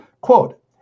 Quote